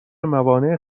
موانع